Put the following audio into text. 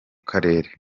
karere